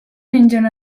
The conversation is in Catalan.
mengen